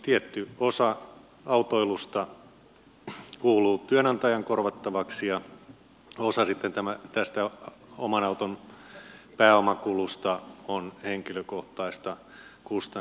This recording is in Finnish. tietty osa autoilusta kuuluu työnantajan korvattavaksi ja osa sitten tästä oman auton pääomakulusta on henkilökohtaista kustannusta